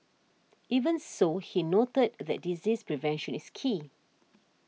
even so he noted that disease prevention is key